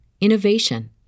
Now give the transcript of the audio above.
innovation